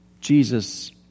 Jesus